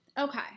Okay